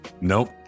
Nope